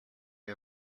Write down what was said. are